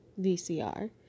VCR